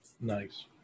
Nice